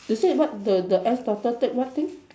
they say what the the S daughter take what thing